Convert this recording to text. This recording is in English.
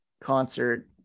concert